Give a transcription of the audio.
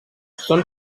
són